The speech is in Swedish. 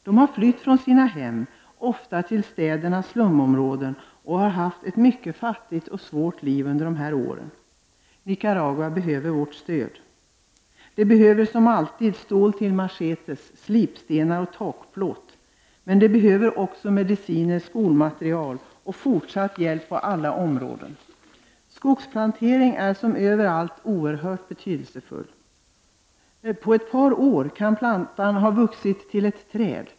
De har flytt från sina hem, ofta till städernas stumområden, och har haft ett mycket fattigt och svårt liv under ett antal år. Nicaragua behöver vårt stöd. Man behöver som alltid stål till machetes, slipstenar och takplåt. Men man behöver också mediciner, skolmaterial och fortsatt hjälp på alla områden. Skogsplantering är som överallt oerhört betydelsefull, och på ett par år kan plantan ha vuxit till ett träd.